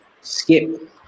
skip